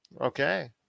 Okay